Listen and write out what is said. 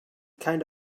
kind